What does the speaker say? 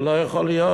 זה לא יכול להיות.